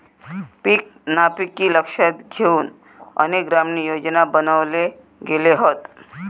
पीक नापिकी लक्षात घेउन अनेक ग्रामीण योजना बनवले गेले हत